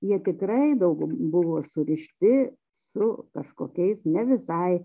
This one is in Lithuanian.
jie tikrai dauguma buvo surišti su kažkokiais ne visai